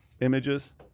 Images